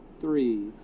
three